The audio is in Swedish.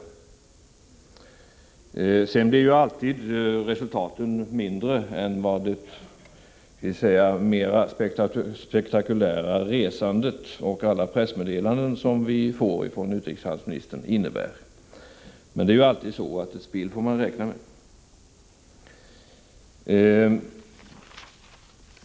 Resultaten blir ju alltid mindre än vad det mera spektakulära resandet och alla pressmeddelanden som vi får från utrikeshandelsministern skulle innebära, men ett spill får man alltid räkna med.